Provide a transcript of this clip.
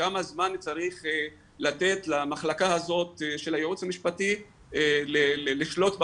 וכמה זמן צריך לתת למחלקה הזאת של הייעוץ המשפטי לשלוט באנשים,